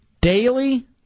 Daily